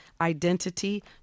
identity